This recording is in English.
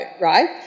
right